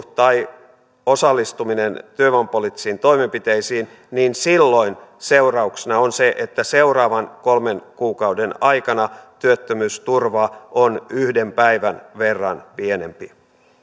tai osallistuminen työvoimapoliittisiin toimenpiteisiin onnistu niin silloin seurauksena on se että seuraavan kolmen kuukauden aikana työttömyysturva on yhden päivän verran pienempi